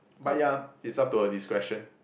but ya it's up to her discretion